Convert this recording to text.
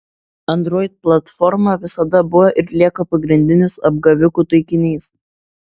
android platforma visada buvo ir lieka pagrindinis apgavikų taikinys